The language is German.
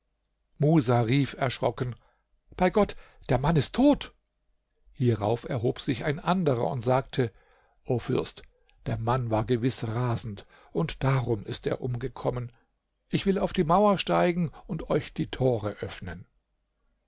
musa rief erschrocken bei gott der mann ist tot hierauf erhob sich ein anderer und sagte o fürst der mann war gewiß rasend und darum ist er umgekommen ich will auf die mauer steigen und euch die tore öffnen